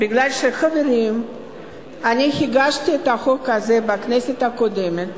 מפני שהגשתי את החוק הזה בכנסת הקודמת.